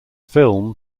film